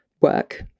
work